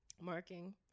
marking